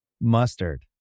mustard